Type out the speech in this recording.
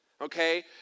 Okay